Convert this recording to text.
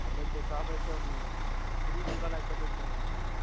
आ नहि तऽ कहबै तब खिचड़ी भी बनाए सकै छहु